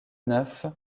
neuf